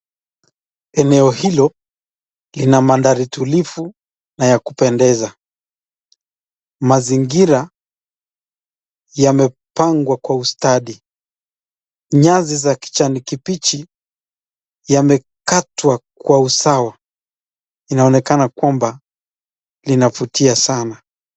Eneo hilo lina mandhari tulivu na ya kupendeza. Mazingira yamepangwa kwa ustadi. Nyasi za kijani kibichi yamekatwa kwa usawa. Inaonekana kwamba linavutia sana.